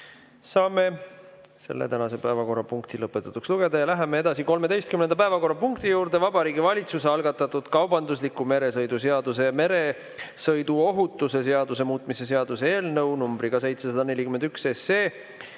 Saame selle päevakorrapunkti lõpetatuks lugeda. Läheme 13. päevakorrapunkti juurde: Vabariigi Valitsuse algatatud kaubandusliku meresõidu seaduse ja meresõiduohutuse seaduse muutmise seaduse eelnõu 741